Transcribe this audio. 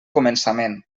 començament